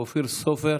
אופיר סופר,